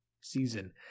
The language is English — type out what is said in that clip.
season